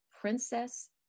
Princess